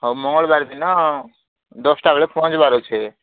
ହଉ ମଙ୍ଗଳବାର ଦିନ ଦଶଟା ବେଳେ ପହଞ୍ଚିବାର ଅଛି